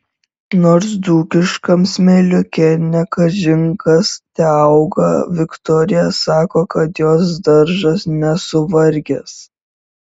nors dzūkiškam smėliuke ne kažin kas teauga viktorija sako kad jos daržas nesuvargęs